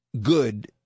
good